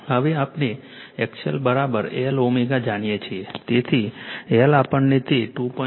હવે આપણે XLLω જાણીએ છીએ તેથી L આપણને તે 2